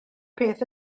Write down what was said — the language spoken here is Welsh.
peth